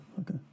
okay